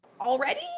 already